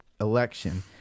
election